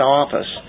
office